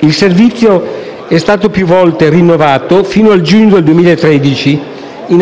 Il servizio è stato più volte rinnovato, fino al giugno 2013, in attesa di un nuovo accordo fra le parti.